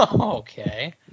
Okay